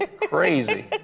crazy